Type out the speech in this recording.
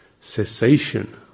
cessation